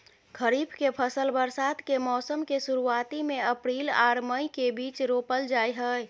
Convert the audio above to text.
खरीफ के फसल बरसात के मौसम के शुरुआती में अप्रैल आर मई के बीच रोपल जाय हय